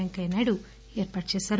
వెంకయ్యనాయుడు ఏర్పాటు చేశారు